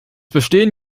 bestehen